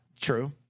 True